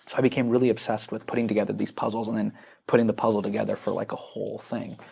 i became really obsessed with putting together these puzzles and then putting the puzzle together for like a whole thing.